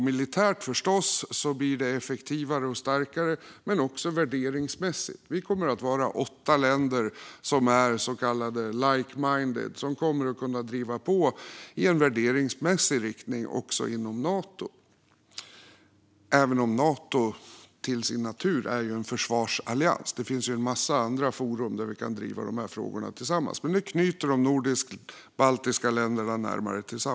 Militärt blir det förstås effektivare och starkare men också värderingsmässigt. Vi kommer att vara åtta länder som är så kallat like-minded och kommer att kunna driva på i en värderingsmässig riktning också inom Nato, även om Nato till sin natur är en försvarsallians. Det finns en massa andra forum där vi kan driva de frågorna tillsammans. Men nu knyter vi de nordisk-baltiska länderna närmare varandra.